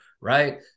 right